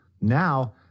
Now